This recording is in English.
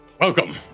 welcome